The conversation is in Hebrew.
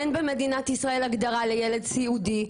אין במדינת ישראל הגדרה לילד סיעודי,